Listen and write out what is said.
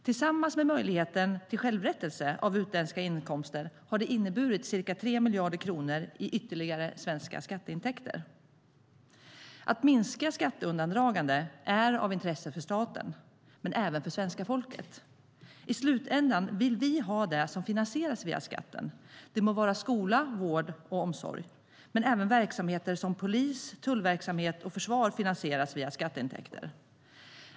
Tillsammans med möjligheten till självrättelse av utländska inkomster har det inneburit ca 3 miljarder kronor i ytterligare svenska skatteintäkter. Att minska skatteundandragande är av intresse för staten men även för svenska folket. I slutändan vill vi ha det som finansieras via skatten - det må vara skola, vård och omsorg, men även verksamheter som polis, tullverksamhet och försvar finansieras via skatteintäkter.